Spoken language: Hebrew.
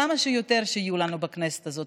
כמה שיותר שיהיו לנו בכנסת הזאת,